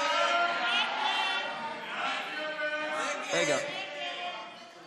ההצעה להעביר את הצעת חוק הכניסה לישראל (תיקון מס' 34),